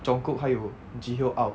jung kook 还有 ji hyo out